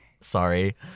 Sorry